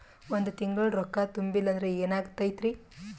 ಒಂದ ತಿಂಗಳ ರೊಕ್ಕ ತುಂಬಿಲ್ಲ ಅಂದ್ರ ಎನಾಗತೈತ್ರಿ?